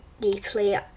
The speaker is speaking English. deeply